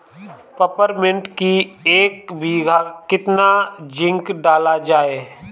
Peppermint की एक बीघा कितना जिंक डाला जाए?